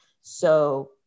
So-